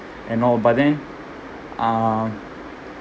and all but then uh